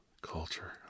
culture